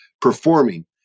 performing